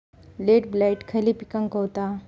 Late blight खयले पिकांका होता?